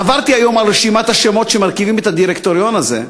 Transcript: עברתי היום על רשימת השמות שמרכיבים את הדירקטוריון הזה,